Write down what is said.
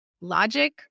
Logic